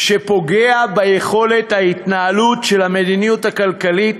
שפוגע ביכולת ההתנהלות של המדיניות הכלכלית,